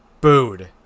booed